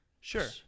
Sure